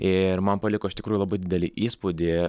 ir man paliko iš tikrųjų labai didelį įspūdį